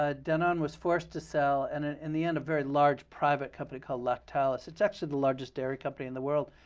ah danone was forced to sell. and in in the end, a very large private company called lactel it's it's actually the largest dairy company in the world,